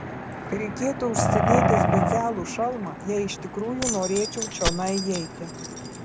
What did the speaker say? reikėtų užsidėti specialų šalmą jei iš tikrųjų norėčiau čionai įeiti